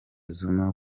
zuma